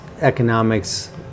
economics